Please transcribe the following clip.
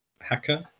Hacker